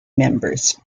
members